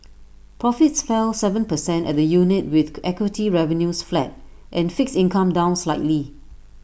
profits fell Seven percent at the unit with equity revenues flat and fixed income down slightly